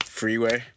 freeway